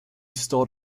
stored